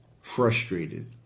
frustrated